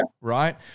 right